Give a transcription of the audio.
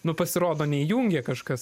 nu pasirodo neįjungė kažkas